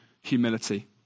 humility